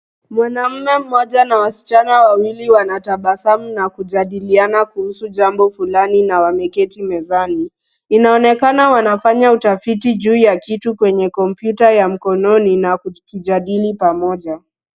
Mwanaume mmoja na wasichana wawili wana tabasamu na kujadiliana kuhusu jambo fulani na wameketi mezani .Inaonekana wanafanya utafiti juu ya kitu kwenye kompyuta ya mkononi na wakijadili pamoja.